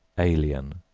alien,